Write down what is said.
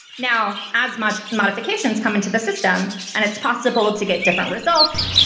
now, as much modifications come into the system and it's possible to get different results,